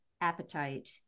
appetite